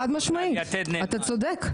חד משמעית, אתה צודק.